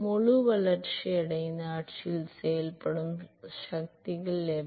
முழு வளர்ச்சியடைந்த ஆட்சியில் செயல்படும் சக்திகள் எவை